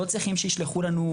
אנחנו לא צריכים שתשלחו לנו,